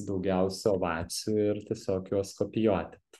daugiausia ovacijų ir tiesiog juos kopijuoti